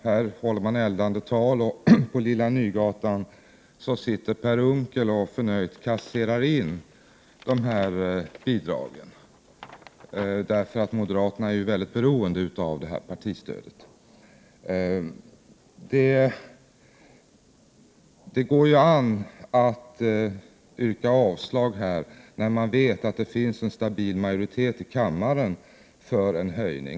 Här håller man eldande tal, och på Lilla Nygatan sitter Per Unckel och förnöjt kasserar in det här bidraget, därför att moderaterna är väldigt beroende av partistödet. Det går ju an att yrka avslag här, när man vet att det finns en stabil majoritet i kammaren för en höjning.